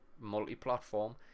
multi-platform